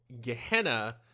Gehenna